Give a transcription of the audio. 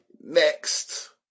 next